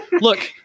look